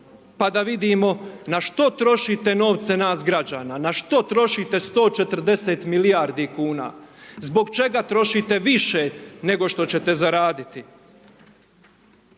pa da vidimo na što trošite novce nas građana, na što trošite 140 milijardi kuna, zbog čega trošite više, nego što ćete zaraditi?